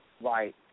Right